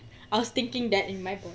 I was thinking that in my book